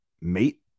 mate